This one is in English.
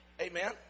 Amen